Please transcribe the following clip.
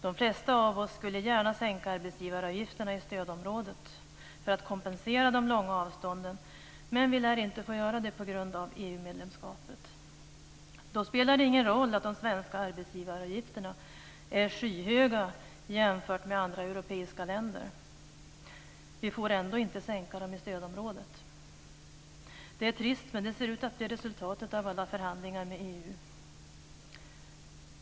De flesta av oss skulle gärna sänka arbetsgivaravgifterna i stödområdet för att kompensera de långa avstånden, men vi lär inte få göra det på grund av EU-medlemskapet. Då spelar det ingen roll att de svenska arbetsgivaravgifterna är skyhöga jämfört med andra europeiska länders. Vi får ändå inte sänka dem i stödområdet. Det är trist, men det ser ut att bli resultatet av alla förhandlingar med EU.